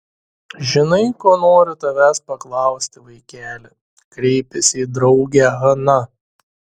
žinai ko noriu tavęs paklausti vaikeli kreipėsi į draugę hana